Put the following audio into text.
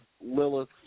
Lilith